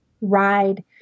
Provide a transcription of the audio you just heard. ride